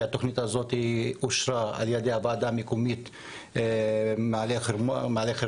שהתוכנית הזאת אושרה על ידי הוועדה המקומית מעלה חרמון,